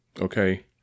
Okay